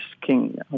King